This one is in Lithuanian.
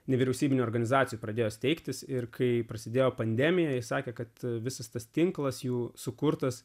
nevyriausybinių organizacijų pradėjo steigtis ir kai prasidėjo pandemija sakė kad visas tas tinklas jų sukurtas